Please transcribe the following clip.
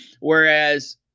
whereas